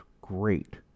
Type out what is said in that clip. great